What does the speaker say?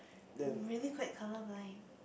I'm really quite colour blind